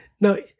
No